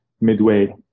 midway